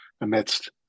amidst